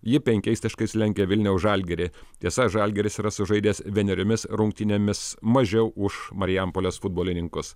ji penkiais taškais lenkia vilniaus žalgirį tiesa žalgiris yra sužaidęs vieneriomis rungtynėmis mažiau už marijampolės futbolininkus